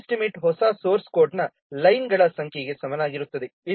size estimate ಹೊಸ source ಕೋಡ್ನ ಲೈನ್ಗಳ ಸಂಖ್ಯೆಗೆ ಸಮನಾಗಿರುತ್ತದೆ